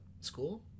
school